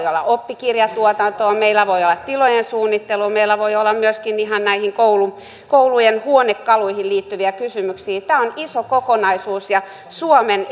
olla oppikirjatuotantoa meillä voi olla tilojen suunnittelua meillä voi olla myöskin ihan näihin koulujen huonekaluihin liittyviä kysymyksiä tämä on iso kokonaisuus ja suomen